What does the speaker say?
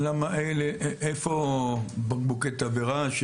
איפה בקבוקי תבערה?